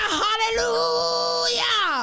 hallelujah